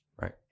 Right